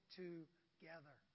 together